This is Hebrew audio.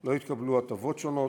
לא יתקבלו הטבות שונות,